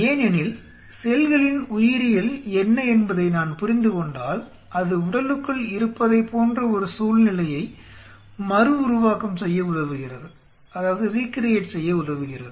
ஏனெனில் செல்களின் உயிரியல் என்ன என்பதை நான் புரிந்துகொண்டால் அது உடலுக்குள் இருப்பதைப் போன்ற ஒரு சூழ்நிலையை மறுஉருவாக்கம் செய்ய உதவுகிறது